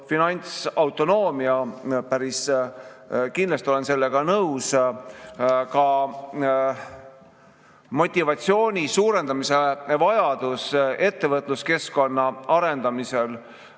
finantsautonoomia – päris kindlasti olen sellega nõus. Ka motivatsiooni suurendamise vajadus ettevõtluskeskkonna arendamisel